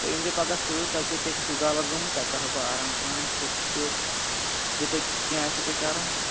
تُہۍ أنۍزیو پگاہ سۭتۍ تۄہہِ کیٛاہ کیٛاہ کیٛاہ چھُو غَلط گوٚمُت تۄہہِ کرو بہٕ آرام سان فوٹوسٹیٹ یہِ تۄہہِ کینٛہہ آسِوُ تۄہہِ کَرُن